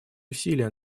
усилия